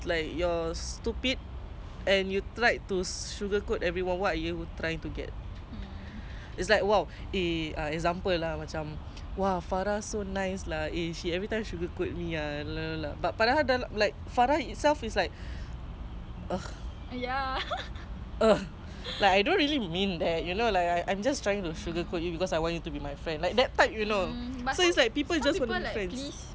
like I don't really mean that you know like I I'm just trying to sugar coat you because I want you to be my friend like that type you know so it's like people just don't know the difference